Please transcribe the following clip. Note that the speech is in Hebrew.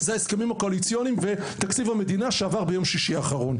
אלא ההסכמים הקואליציוניים ותקציב המדינה שעבר בממשלה ביום שישי האחרון.